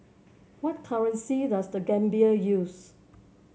what currency does The Gambia use